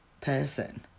person